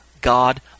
God